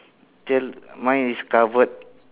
tail mine is covered